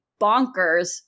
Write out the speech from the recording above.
bonkers